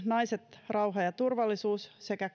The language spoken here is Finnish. naiset rauha ja turvallisuus päätöslauselmaa sekä